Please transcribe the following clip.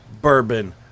bourbon